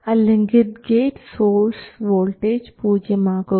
അല്ലെങ്കിൽ gate source voltage പൂജ്യം ആക്കുക